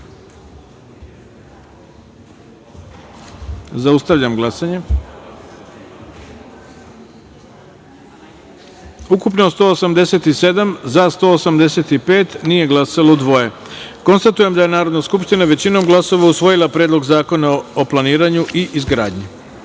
taster. Zaustavljam glasanje: ukupno – 187, za – 185, nije glasalo – dvoje. Konstatujem da je Narodna skupština, većinom glasova, usvojila Predlog zakona o planiranju i izgradnji. Šesta